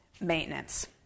maintenance